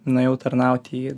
nuėjau tarnaut į